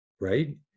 right